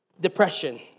depression